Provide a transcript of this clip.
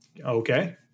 Okay